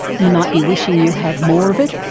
you might be wishing you had more of it,